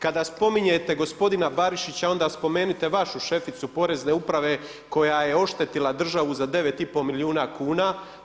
Kada spominjete gospodina Barišića onda spomenute vašu šeficu porezne uprave koja je oštetila državu za 9 i pol milijuna kuna.